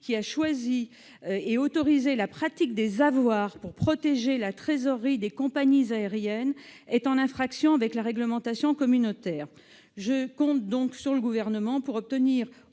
qui a choisi d'autoriser la pratique des avoirs pour protéger la trésorerie des compagnies aériennes, est en infraction avec la réglementation communautaire. Je compte donc sur le Gouvernement pour obtenir